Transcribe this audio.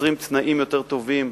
יוצרים תנאים יותר טובים,